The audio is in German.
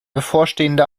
bevorstehende